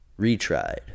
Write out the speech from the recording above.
retried